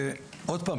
עוד פעם,